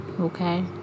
okay